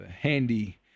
handy